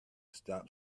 stop